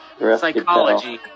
Psychology